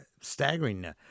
staggering